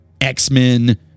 x-men